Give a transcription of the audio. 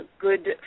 good